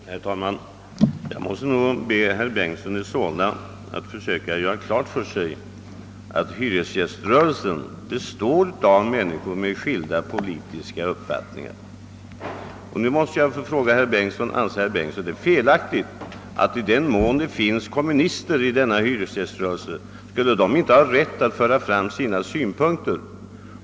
Herr talman! Jag måste nog be herr Bengtson i Solna att försöka göra klart för sig att hyresgäströrelsen består av människor med skilda politiska uppfattningar. Anser herr Bengtson att det är felaktigt att de kommunister som kan finnas i denna hyresgäströrelse har rätt att framföra sina synpunkter?